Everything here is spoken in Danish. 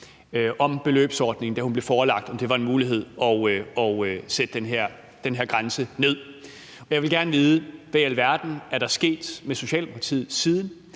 om beløbsordningen, da hun blev forelagt, om det var en mulighed at sætte den her grænse ned. Jeg vil gerne vide, hvad i alverden der er sket med Socialdemokratiet siden.